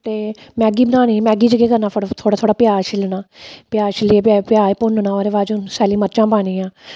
ते मेगी बनानी मेगी च केह् करना थोह्ड़ा थोह्ड़ा प्याज छिल्लना प्याज छिल्लिये प्याज भुन्नना ओह्दे बाद च सैली मर्चां पानियां